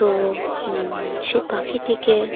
তো সে পাখিটিকে